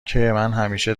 همیشه